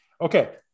Okay